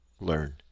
learn